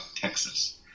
Texas